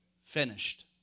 Finished